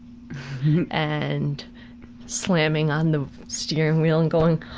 and slamming on the steering wheel and going,